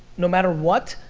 no matter what,